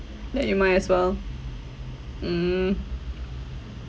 then you might as well mm